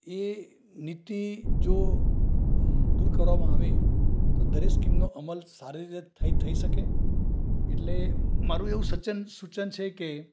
એ નીતિ જો દૂર કરવામાં આવે તો દરેક સ્કીમનો અમલ સારી રીતે થઇ થઇ શકે એટલે મારું એવું સચન સૂચન છે કે